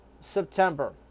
September